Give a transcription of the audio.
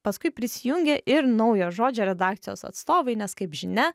paskui prisijungė ir naujo žodžio redakcijos atstovai nes kaip žinia